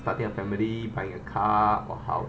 starting a family buying a car or house